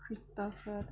crystal clear